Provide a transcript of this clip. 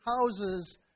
houses